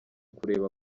kureba